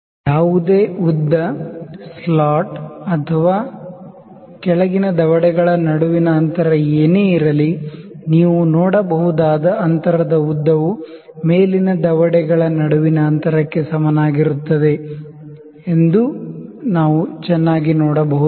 ಯಾವುದೇ ಉದ್ದ ಸ್ಲಾಟ್ ಉದ್ದ ಅಥವಾ ಕೆಳಗಿನ ದವಡೆಗಳ ನಡುವಿನ ಅಂತರ ಏನೇ ಇರಲಿ ನೀವು ನೋಡಬಹುದಾದ ಅಂತರದ ಉದ್ದವು ಮೇಲಿನ ದವಡೆಗಳ ನಡುವಿನ ಅಂತರಕ್ಕೆ ಸಮನಾಗಿರುತ್ತದೆ ಎಂದು ನಾವು ಚೆನ್ನಾಗಿ ನೋಡಬಹುದು